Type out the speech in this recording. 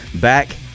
back